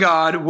God